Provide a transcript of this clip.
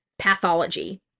pathology